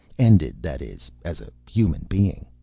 ended, that is, as a human being.